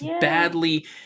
Badly